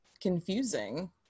confusing